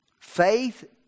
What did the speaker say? Faith